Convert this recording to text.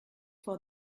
for